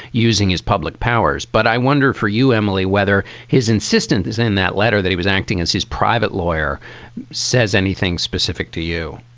using his public powers. but i wonder for you, emily, whether his insistence is in that letter that he was acting as his private lawyer says anything specific to you?